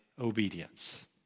obedience